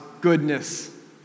goodness